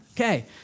Okay